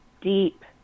deep